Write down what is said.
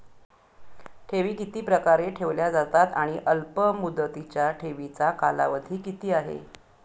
ठेवी किती प्रकारे ठेवल्या जातात आणि अल्पमुदतीच्या ठेवीचा कालावधी किती आहे?